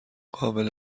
قابل